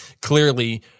clearly